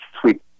sweet